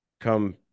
come